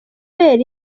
kubera